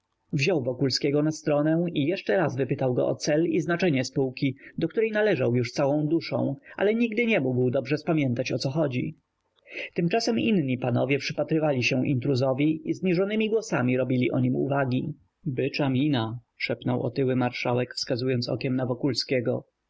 wziął wokulskiego na stronę i jeszcze raz wypytał go o cel i znaczenie spółki do której należał już całą duszą ale nigdy nie mógł dobrze spamiętać o co chodzi tymczasem inni panowie przypatrywali się intruzowi i zniżonym głosem robili o nim uwagi bycza mina szepnął otyły marszałek wskazując okiem na